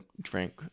drink